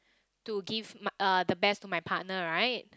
to give my the best to my partner right